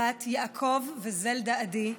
בת יעקב וזלדה עדי,